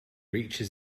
reaches